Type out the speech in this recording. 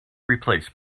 replaced